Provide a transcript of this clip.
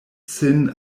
sin